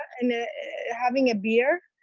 and having a beer.